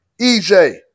EJ